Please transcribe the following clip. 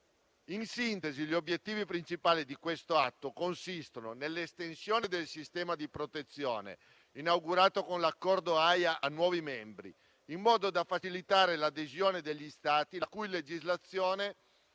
In sintesi, gli obiettivi principali di quest'atto consistono nell'estensione del sistema di protezione inaugurato con l'Accordo dell'Aja a nuovi membri, in modo da facilitare l'adesione degli Stati la cui legislazione